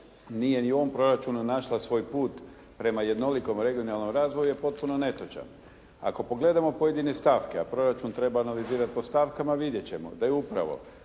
nije ni u ovom proračunu našla svoj put prema jednolikom regionalnom razvoju je potpuno netočan. Ako pogledamo pojedine stavke a proračun treba analizirati po stavkama vidjet ćemo da je upravo